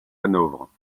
hanovre